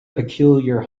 peculiar